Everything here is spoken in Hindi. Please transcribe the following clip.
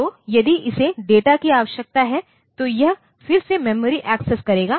तो यदि इसे डेटा की आवश्यकता है तो यह फिर से मेमोरी एक्सेस करेगा